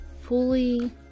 fully